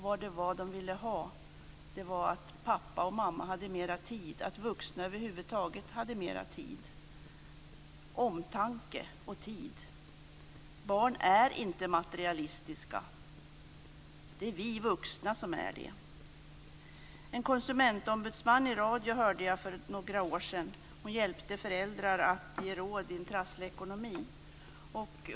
Men vad de ville var att pappa och mamma hade mer tid, att vuxna över huvud taget hade mer tid; omtanke och tid. Barn är inte materialistiska. Det är vi vuxna som är det. Jag hörde för några år sedan en konsumentombudsman i radio. Hon hjälpte föräldrar med råd om trasslig ekonomi.